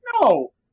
no